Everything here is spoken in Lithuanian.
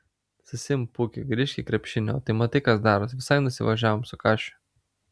susiimk pūki grįžk į krepšinį o tai matai kas daros visai nusivažiavom su kašiu